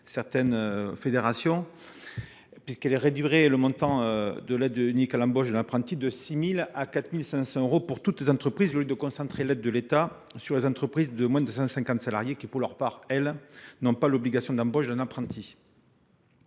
les dispositions du texte réduiraient le montant de l’aide unique à l’embauche de l’apprenti de 6 000 à 4 500 euros pour toutes les entreprises, au lieu de concentrer l’aide de l’État sur les entreprises de moins de 250 salariés, qui, elles, n’ont pas l’obligation d’embauche d’un apprenti.